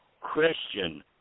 Christian